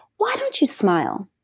why don't you smile?